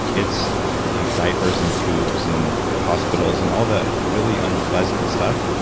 it's diapers and tubes and hospitals and all the really unpleasant stuff.